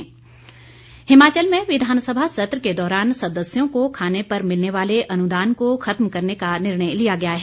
वक्तव्य हिमाचल में विधानसभा सत्र के दौरान सदस्यों को खाने पर मिलने वाले अनुदान को खत्म करने का निर्णय लिया गया है